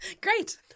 Great